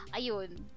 Ayun